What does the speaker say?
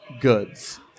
goods